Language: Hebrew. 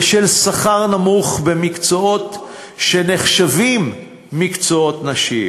ושל שכר נמוך במקצועות שנחשבים מקצועות נשיים.